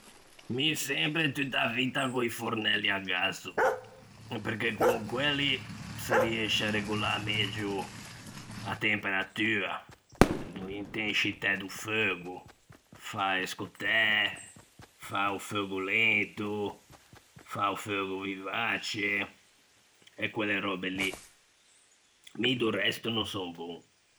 Mi sempre tutta a vitta co-i fornelli à gazzo, perché con quelli se riësce à regolâ megio a temperatua, l'intenscitæ do feugo, fâ e scottæ, fâ o feugo lento, fâ o feugo vivace e quelle röbe lì; mi do resto no son bon.